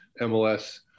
MLS